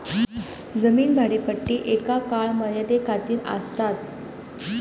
जमीन भाडेपट्टी एका काळ मर्यादे खातीर आसतात